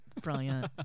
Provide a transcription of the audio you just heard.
Brilliant